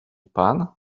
pan